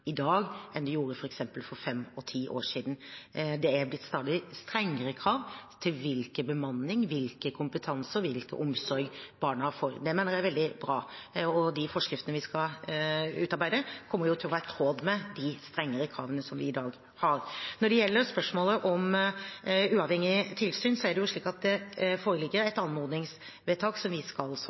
enn det gjorde f.eks. for fem og ti år siden. Det er blitt stadig strengere krav til bemanning og kompetanse og hvilken omsorg barna får. Det mener jeg er veldig bra. Og de forskriftene vi skal utarbeide, kommer til å være i tråd med de strengere kravene vi i dag har. Når det gjelder spørsmålet om uavhengig tilsyn, foreligger det et anmodningsvedtak som vi skal svare ut. Det er jo slik i dag at